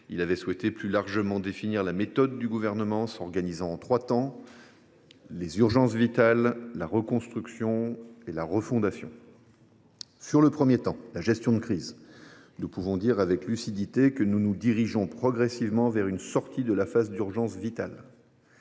il avait souhaité, plus largement, définir la méthode du Gouvernement, laquelle s’organise en trois temps : les urgences vitales, la reconstruction, la refondation. Sur le premier temps – la gestion de crise –, nous pouvons dire, avec lucidité, que nous nous dirigeons progressivement vers une sortie de la phase d’urgence vitale.